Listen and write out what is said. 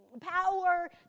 power